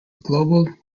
global